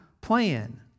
Plan